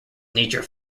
nature